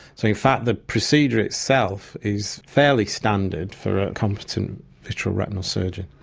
so in fact the procedure itself is fairly standard for a competent vitreoretinal surgeon.